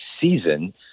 season